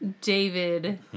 David